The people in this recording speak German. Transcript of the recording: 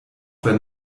wenn